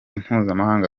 mpuzamahanga